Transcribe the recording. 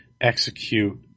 execute